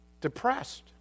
depressed